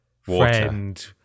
friend